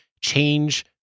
change